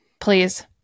Please